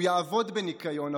הוא יעבוד בניקיון,